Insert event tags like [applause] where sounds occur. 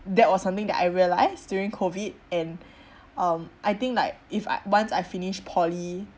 that was something that I realised during COVID and [breath] um I think like if I once I finish poly